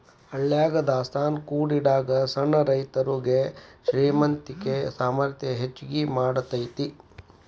ಹಳ್ಯಾಗ ದಾಸ್ತಾನಾ ಕೂಡಿಡಾಗ ಸಣ್ಣ ರೈತರುಗೆ ಶ್ರೇಮಂತಿಕೆ ಸಾಮರ್ಥ್ಯ ಹೆಚ್ಗಿ ಮಾಡತೈತಿ